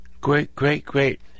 great-great-great